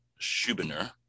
Schubiner